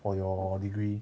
for your degree